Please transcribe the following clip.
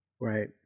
Right